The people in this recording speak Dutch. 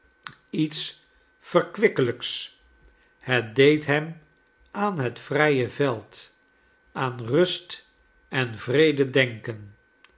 iets verkwikkelijks het deed hem aan het vrije veld aan rust en vrede denken